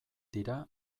dira